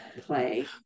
Play